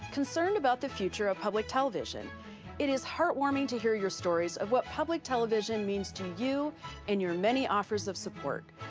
concerned about the future of public television it is heart warming to hear yourstories of what public television means to you and yourmany offers of support.